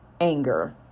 anger